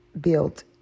built